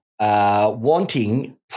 Wanting